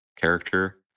character